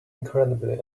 incredibly